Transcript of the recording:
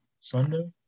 Sunday